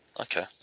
Okay